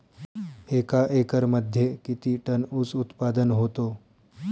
एका एकरमध्ये किती टन ऊस उत्पादन होतो?